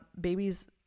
babies